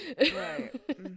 Right